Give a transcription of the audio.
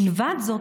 מלבד זאת,